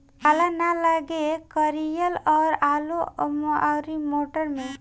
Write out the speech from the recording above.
पाला न लागे का कयिल जा आलू औरी मटर मैं?